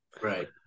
right